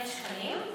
1,000 שקלים,